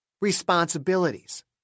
Responsibilities